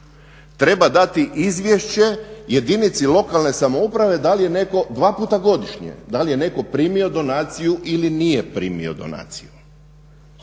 treba dati izvješće jedinici lokalne samouprave da li je netko dva puta godišnje, da li je netko primio donaciju